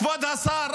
כבוד השר,